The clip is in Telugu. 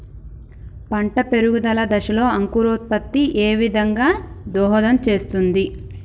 పంట పెరుగుదల దశలో అంకురోత్ఫత్తి ఏ విధంగా దోహదం చేస్తుంది?